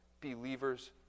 believers